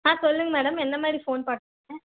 ஆ சொல்லுங்க மேடம் எந்த மாதிரி ஃபோன் பார்க்கறீங்க